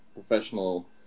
professional